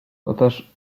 toteż